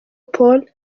paul